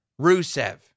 Rusev